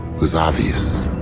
was obvious,